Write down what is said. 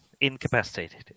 incapacitated